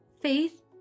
Faith